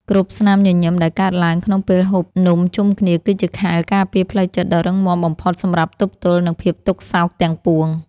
គ្រប់ស្នាមញញឹមដែលកើតឡើងក្នុងពេលហូបនំជុំគ្នាគឺជាខែលការពារផ្លូវចិត្តដ៏រឹងមាំបំផុតសម្រាប់ទប់ទល់នឹងភាពទុក្ខសោកទាំងពួង។